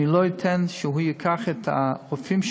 אני לא אתן שהוא ייקח את הרופאים שלו,